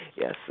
Yes